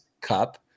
cup